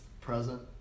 present